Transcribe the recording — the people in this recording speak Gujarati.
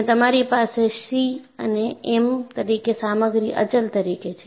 અને તમારી પાસે સી અને એમ તરીકે સામગ્રી અચલ તરીકે છે